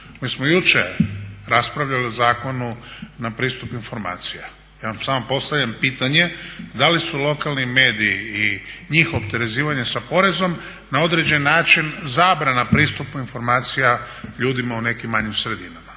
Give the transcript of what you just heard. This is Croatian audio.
Mi smo jučer raspravljali o Zakonu na pristup informacija. Ja vam samo postavljam pitanje da li su lokalni mediji i njihovo opterećivanje s porezom na određen način zabrana pristupa informacija ljudima u nekim manjim sredinama.